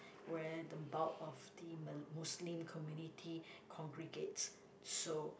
where the bulk of the Mal~ Muslim community congregates so